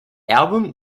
album